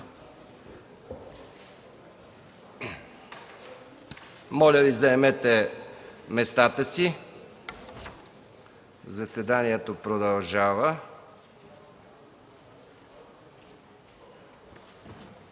Моля Ви, заемете местата си, заседанието продължава.